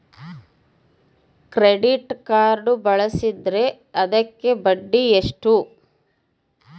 Credit card ಬಳಸಿದ್ರೇ ಅದಕ್ಕ ಬಡ್ಡಿ ಎಷ್ಟು?